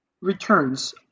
returns